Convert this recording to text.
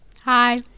Hi